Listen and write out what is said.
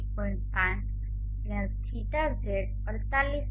5 જ્યાં θz 48